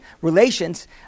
relations